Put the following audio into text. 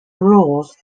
rules